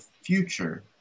future